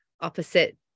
opposite